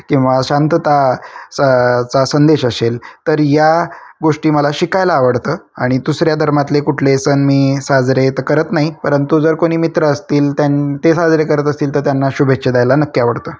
किंवा शांतता सा चा संदेश असेल तर या गोष्टी मला शिकायला आवडतं आणि दुसऱ्या धर्मातले कुठले सण मी साजरे तर करत नाही परंतु जर कोणी मित्र असतील त्यां ते साजरे करत असतील तर त्यांना शुभेच्छा द्यायला नक्की आवडतं